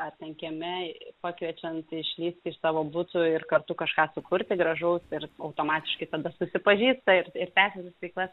ar ten kieme pakviečiant išlįsti iš savo butų ir kartu kažką sukurti gražaus ir automatiškai susipažįsta ir ir tęsia tas veiklas